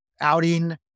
outing